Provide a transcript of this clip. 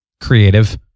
creative